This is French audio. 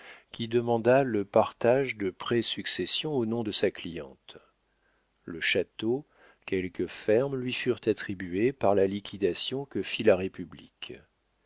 qui demanda le partage de présuccession au nom de sa cliente le château quelques fermes lui furent attribués par la liquidation que fit la république